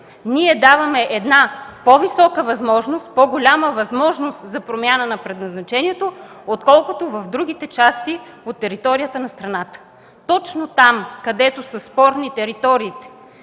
даваме по-висока, по-голяма възможност за промяна на предназначението, отколкото в другите части от територията на страната. Точно там, където са спорни териториите